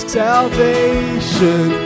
salvation